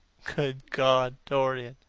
good god, dorian,